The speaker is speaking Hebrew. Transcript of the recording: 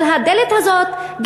אבל הדלת הזאת,